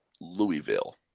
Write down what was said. Louisville